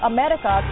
America